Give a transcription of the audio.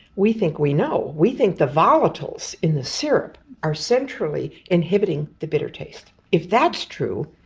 we think we know. we think the volatiles in the syrup are centrally inhibiting the bitter taste. if that's true,